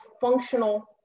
functional